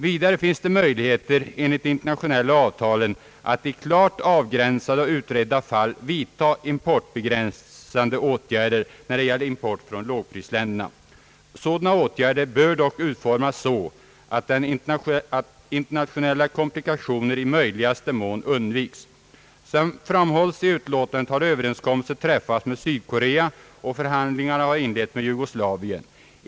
Vidare finns enligt de internationelia avtalen möjligheter att i klart avgränsade och utredda fall vidta importbegränsande åtgärder när det gäller import från lågprisländerna. Dylika åtgärder bör dock utformas så att internationella komplikationer i möjligaste mån undviks. Som framhålls i utlåtandet har överenskommelse träffats med Syd-Korea och förhandlingar har inletts med Jugoslavien.